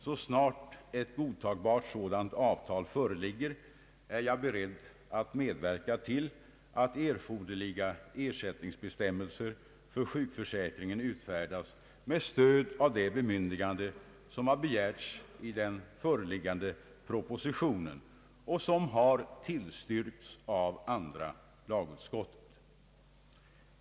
Så snart ett godtagbart sådant avtal föreligger är Jag beredd att medverka till att erforderliga = ersättningsbestämmelser för sjukförsäkringen utfärdas med stöd av de bemyndiganden som begärts i den föreliggande propositionen och som har tillstyrkts av andra lagutskottet.